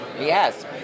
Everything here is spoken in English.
Yes